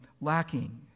lacking